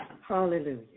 Hallelujah